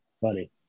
Funny